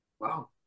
Wow